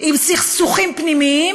עם סכסוכים פנימיים,